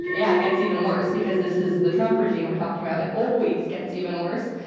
yeah it gets even worse, because this is the trump regime we're talking about. it always gets even worse.